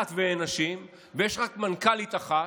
כמעט ואין נשים ויש רק מנכ"לית אחת,